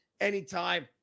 anytime